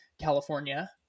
California